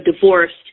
divorced